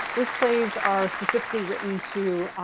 those plays are specifically written to,